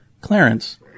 Clarence